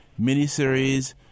miniseries